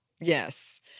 Yes